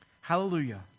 Hallelujah